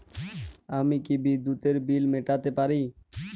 আমি কি বিদ্যুতের বিল মেটাতে পারি?